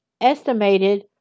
estimated